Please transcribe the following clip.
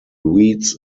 weeds